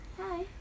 Hi